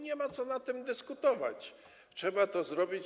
Nie ma co nad tym dyskutować, trzeba to zrobić.